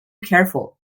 careful